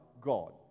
God